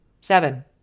Seven